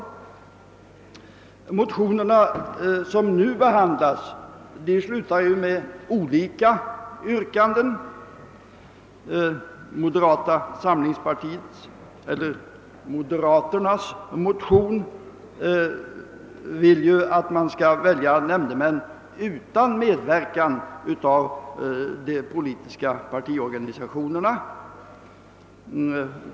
De motioner som nu behandlas innehåller olika yrkanden. Moderata samlingspartiets — eller >»moderaternas» — motion innebär att man skall välja nämndemän utan medverkan av de politiska partiorganisationerna.